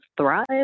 thrive